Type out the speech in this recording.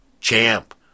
champ